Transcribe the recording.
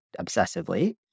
obsessively